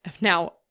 Now